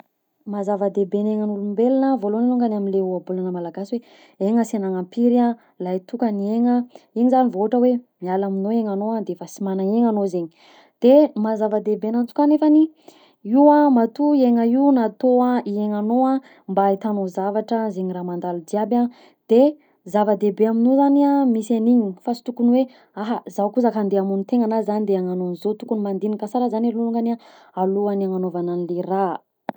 Maha zava-dehibe ny aignan'olombelona voalohany alongany am'le ohabolana malagasy hoe ny aina sy agnanampiry a lahy toka ny aigna, iny zany vao ohatra hoe miala aminao aignanao defa sy magnana aigna anao zegny, de maha zava-dehibe ananjy koa nefany, io a matoa aigna io natao hiaignanao mba ahitanao zavatra zegny raha mandalo jiaby an, de zava-dehibe aminao zany ny ainao fa sy tokony hoe aha zaho kosa aka andeha hamono tena, zah andeha hagnano anzao, tokony mandinika sara zany alongany alohan'ny hagnanaovana anle raha.